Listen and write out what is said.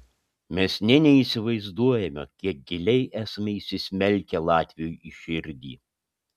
mes nė neįsivaizduojame kiek giliai esame įsismelkę latviui į širdį